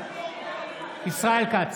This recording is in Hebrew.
בעד ישראל כץ,